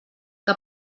que